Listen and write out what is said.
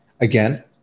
Again